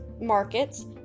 markets